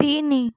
ତିନି